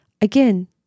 Again